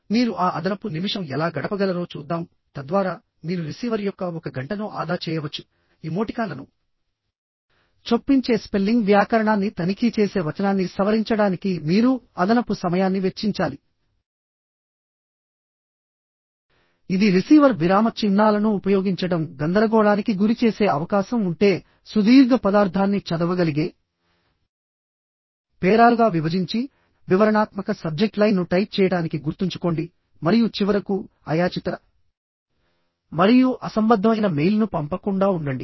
మీరు ఆ అదనపు నిమిషం ఎలా గడపగలరో చూద్దాం తద్వారా మీరు రిసీవర్ యొక్క ఒక గంటను ఆదా చేయవచ్చు ఇమోటికాన్లను చొప్పించే స్పెల్లింగ్ వ్యాకరణాన్ని తనిఖీ చేసే వచనాన్ని సవరించడానికి మీరు అదనపు సమయాన్ని వెచ్చించాలి ఇది రిసీవర్ విరామ చిహ్నాలను ఉపయోగించడం గందరగోళానికి గురిచేసే అవకాశం ఉంటే సుదీర్ఘ పదార్థాన్ని చదవగలిగే పేరాలుగా విభజించి వివరణాత్మక సబ్జెక్ట్ లైన్ను టైప్ చేయడానికి గుర్తుంచుకోండి మరియు చివరకు అయాచిత మరియు అసంబద్ధమైన మెయిల్ను పంపకుండా ఉండండి